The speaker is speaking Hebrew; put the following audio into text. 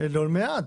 לעולמי עד.